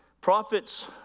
Prophets